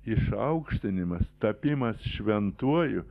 išaukštinimas tapimas šventuoju